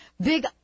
big